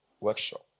Workshop